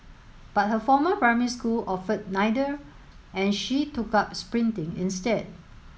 but her former primary school offered neither and she took up sprinting instead